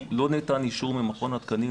לא ניתן אישור ממכון התקנים,